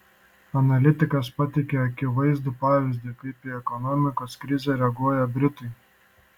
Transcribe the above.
analitikas pateikia akivaizdų pavyzdį kaip į ekonomikos krizę reaguoja britai